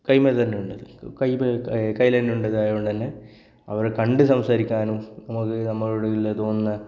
കൈയ്യിന്മേൽ തന്നെയുണ്ട് കൈമെ കയ്യിലന്നുണ്ടതായതു കൊണ്ട് തന്നെ അവരെ കണ്ടു സംസാരിക്കാനും നമുക്ക് നമ്മളവിടുള്ളതു കൊണ്ട്